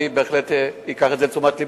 אני בהחלט אקח את זה לתשומת לבי,